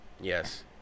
Yes